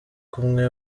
kumwe